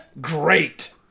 great